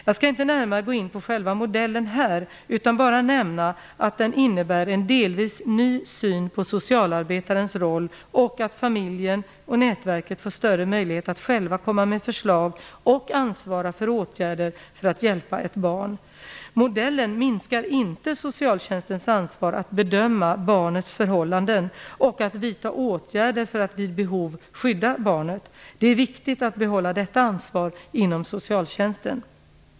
Jag skall inte närmare gå in på själva modellen här utan bara nämna att den innebär en delvis ny syn på socialarbetarens roll och att familjen och nätverket får större möjlighet att själva komma med förslag och ansvara för åtgärder för att hjälpa ett barn. Modellen minskar inte socialtjänstens ansvar att bedöma barnets förhållanden och att vidta åtgärder för att vid behov skydda barnet. Det är viktigt att behålla detta ansvar inom socialtjänsten.